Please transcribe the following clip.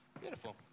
Beautiful